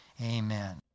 Amen